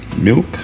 milk